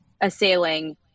assailing